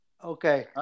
Okay